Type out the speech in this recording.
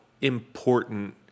important